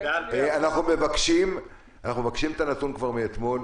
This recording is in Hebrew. אנחנו מבקשים את הנתון כבר מאתמול,